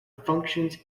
functions